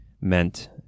meant